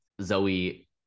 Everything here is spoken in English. Zoe